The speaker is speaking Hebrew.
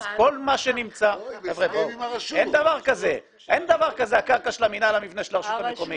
אז כל מה שנמצא אין דבר כזה הקרקע של המנהל והמבנה של הרשות המקומית.